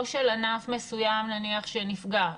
לא של ענף מסוים נניח שנפגע,